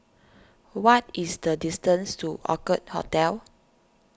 what is the distance to Orchid Hotel